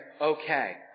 okay